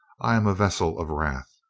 i am a vessel of wrath.